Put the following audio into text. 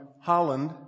Holland